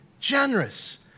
generous